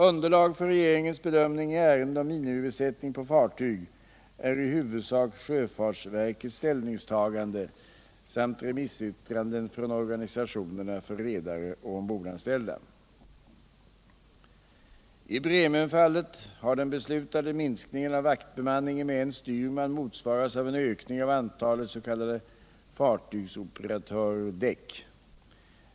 Underlag för regeringens bedömning i ärenden om minimibesättning på fartyg är i huvudsak sjöfartsverkets ställningstagande samt remissyttranden från organisationerna för redare och 109 110 ombordanställda. I Bremönfallet har den beslutade minskningen av vaktbemanningen med en styrman motsvarats av en ökning av antalet s.k. fartygsoperatörer/däck.